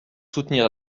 soutenir